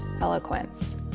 eloquence